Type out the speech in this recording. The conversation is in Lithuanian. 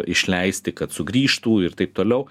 išleisti kad sugrįžtų ir taip toliau